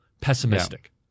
pessimistic